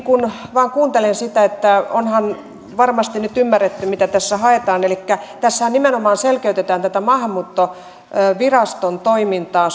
vain kuuntelen sitä että onhan varmasti nyt ymmärretty mitä tässä haetaan tässähän nimenomaan selkeytetään tätä maahanmuuttoviraston toimintaa